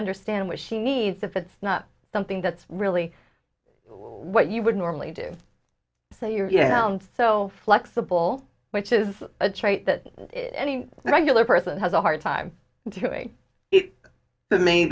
understand what she needs if it's not something that's really what you would normally do say you're game ound so flexible which is a trait that any regular person has a hard time doing it t